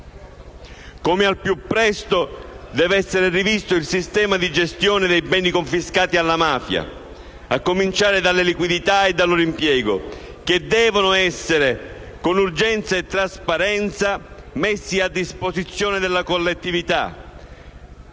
Come al più presto deve essere rivisto il sistema di gestione dei beni confiscati alla mafia, a cominciare dalle liquidità e dal loro impiego, che devono essere messi, con urgenza e trasparenza, a disposizione della collettività